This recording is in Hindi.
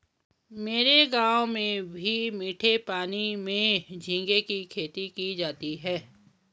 मेरे गांव में भी मीठे पानी में झींगे की खेती की जाती है